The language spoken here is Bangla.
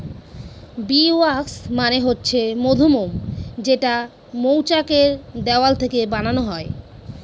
বী ওয়াক্স মানে হচ্ছে মধুমোম যেটা মৌচাক এর দেওয়াল থেকে বানানো হয়